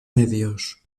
medios